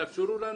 תאפשרו לנו